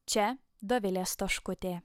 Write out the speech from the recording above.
čia dovilė stoškutė